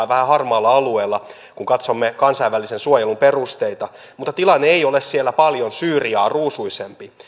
vähän harmaalla alueella kun katsomme kansainvälisen suojelun perusteita mutta tilanne ei ole siellä paljon syyriaa ruusuisempi